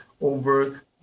over